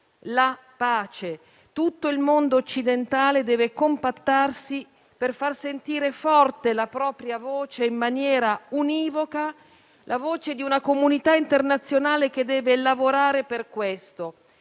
la pace. Tutto il mondo occidentale deve compattarsi per far sentire forte la propria voce in maniera univoca, la voce di una comunità internazionale che deve lavorare per questo.